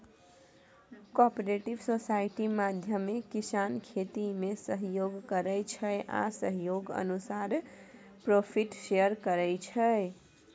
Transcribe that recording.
cooperative society माध्यमे किसान खेतीमे सहयोग करै छै आ सहयोग अनुसारे प्रोफिट शेयर करै छै